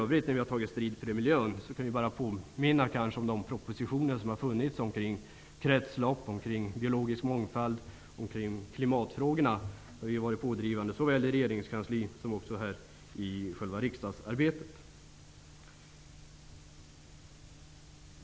Vi har tagit strid för miljön. Jag skall kanske påminna om de propositioner som lagts fram om kretslopp, biologisk mångfald och klimatfrågorna. Vi har varit pådrivande i arbetet i såväl regeringskansliet som själva riksdagsarbetet.